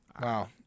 wow